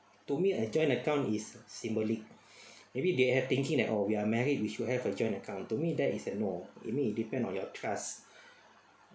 to me a joint account is symbolic maybe they have thinking that oh we are married we should have a joint account to me that is a no it mean it depend on your trust